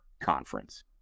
conference